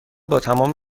تمام